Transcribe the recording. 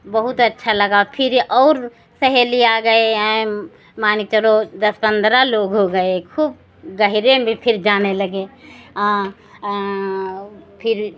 बहुत अच्छा लगा फिर और सहेली आ गई फिर और सहेली आ गई मानकर चलो दस पन्द्रह लोग हो गए खूब गहरे में फिर जाने लगे फिर